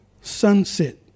sunset